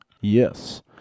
Yes